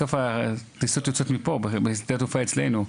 בסוף, הטיסות יוצאות מפה, משדה התעופה אצלנו.